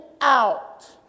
out